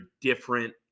different